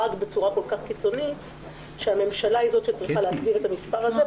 בצורה כל כך קיצונית שהממשלה היא זאת שצריכה להסדיר את המספר הזה,